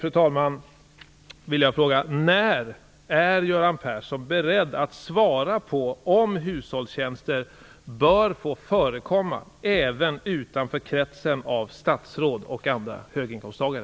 Slutligen vill jag fråga: När är Göran Persson beredd att svara på om hushållstjänster bör få förekomma även utanför kretsen av statsråd och andra höginkomsttagare?